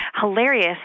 Hilarious